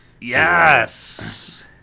Yes